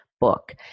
book